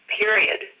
period